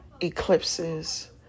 eclipses